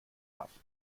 paffte